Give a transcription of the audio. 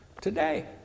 today